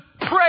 pray